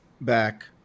back